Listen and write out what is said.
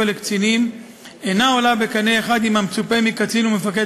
לקצינים אינם עולים בקנה אחד עם המצופה מקצין ומפקד